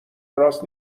راست